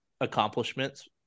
accomplishments